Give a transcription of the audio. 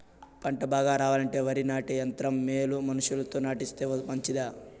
పంట బాగా రావాలంటే వరి నాటే యంత్రం మేలా మనుషులతో నాటిస్తే మంచిదా?